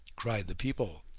cried the people,